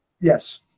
Yes